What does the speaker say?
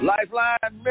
Lifeline